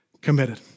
committed